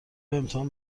امتحان